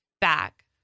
Back